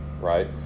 Right